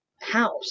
house